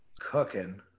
Cooking